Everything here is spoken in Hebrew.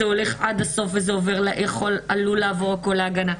זה הולך עד הסוף ועלול לעבור להגנה.